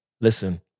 Listen